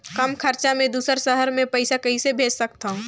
कम खरचा मे दुसर शहर मे पईसा कइसे भेज सकथव?